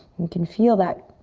you can feel that